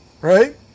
right